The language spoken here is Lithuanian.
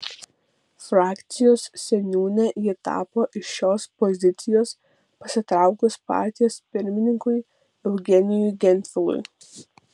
frakcijos seniūne ji tapo iš šios pozicijos pasitraukus partijos pirmininkui eugenijui gentvilui